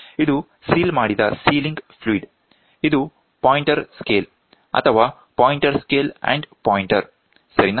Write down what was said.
ಇದು ಸೀಲ್ ಮಾಡಿದ sealing fluid ಇದು ಪಾಯಿಂಟರ್ ಸ್ಕೇಲ್ ಅಥವಾ ಪಾಯಿಂಟರ್ ಸ್ಕೇಲ್ ಮತ್ತು ಪಾಯಿಂಟರ್ ಸರಿನಾ